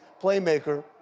playmaker